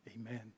amen